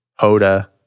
Hoda